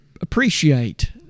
appreciate